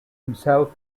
himself